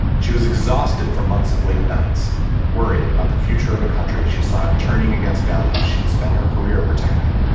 she was exhausted from months of late nights and worried about the future of a country she saw turning against values she'd spent her career protecting